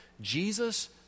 Jesus